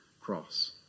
cross